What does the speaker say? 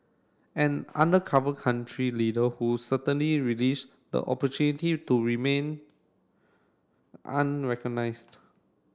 an undercover country leader who certainly relish the opportunity to remain unrecognised